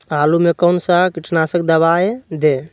आलू में कौन सा कीटनाशक दवाएं दे?